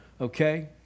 Okay